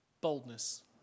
Boldness